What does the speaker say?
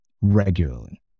regularly